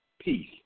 peace